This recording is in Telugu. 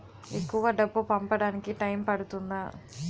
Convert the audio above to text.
ఎక్కువ డబ్బు పంపడానికి టైం పడుతుందా?